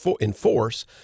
enforce